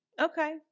Okay